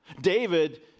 David